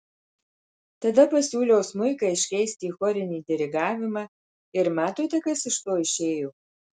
tada pasiūliau smuiką iškeisti į chorinį dirigavimą ir matote kas iš to išėjo